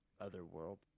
otherworld